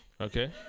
Okay